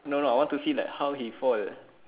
no no I want to see how he fall